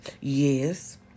Yes